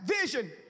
vision